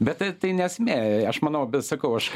bet tai tai ne esmė aš manau bet sakau aš